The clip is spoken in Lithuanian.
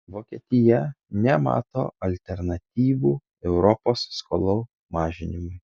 vokietija nemato alternatyvų europos skolų mažinimui